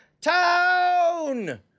town